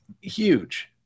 huge